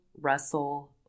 Russell